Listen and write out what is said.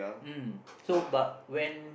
mm so but when